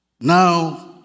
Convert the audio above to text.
Now